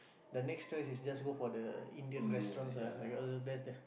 the next choice is just go for the Indian restaurants ah because that's the